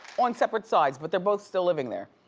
on separate sides, but they're both still living there.